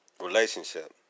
relationship